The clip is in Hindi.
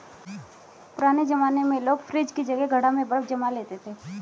पुराने जमाने में लोग फ्रिज की जगह घड़ा में बर्फ जमा लेते थे